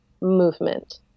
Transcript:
movement